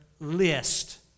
list